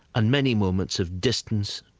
and many moments of distance,